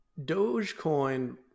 Dogecoin